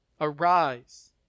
Arise